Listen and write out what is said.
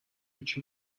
یکی